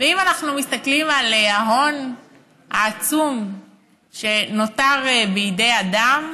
ואם אנחנו מסתכלים על ההון העצום שנותר בידי אדם,